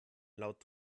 laut